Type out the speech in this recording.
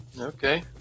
Okay